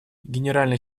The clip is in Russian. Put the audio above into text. генеральный